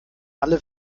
alle